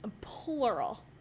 plural